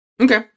okay